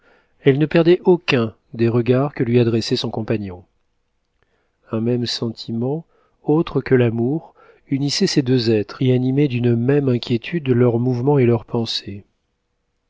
elle ne perdait aucun des regards que lui adressait son compagnon un même sentiment autre que l'amour unissait ces deux êtres et animait d'une même inquiétude leurs mouvements et leurs pensées